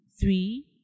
three